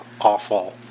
awful